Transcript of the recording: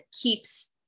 keeps